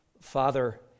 Father